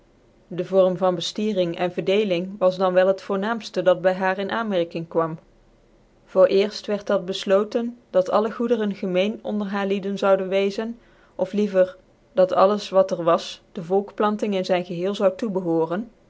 dc form van beftiering cn verdecling was dan wel het voornaamfle dat by haar in aanmerking kwam voor cerft wierd dat bcfloote n dat alle goederen gemeen onder haarlieden zoude weezen of liever dat alles wat er was de volkplanting in zyn geheel zoude tocbehooren